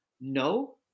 No